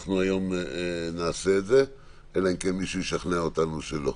ואנחנו היום נעשה את זה אלא אם כן מישהו ישכנע אותנו שלא.